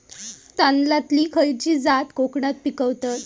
तांदलतली खयची जात कोकणात पिकवतत?